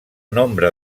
nombre